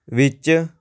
ਵਿੱਚ